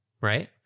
Right